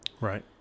Right